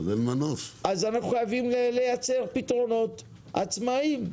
אז אנחנו חייבים לייצר פתרונות עצמאיים.